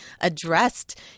addressed